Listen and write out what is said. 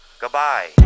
Goodbye